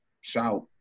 shout